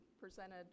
presented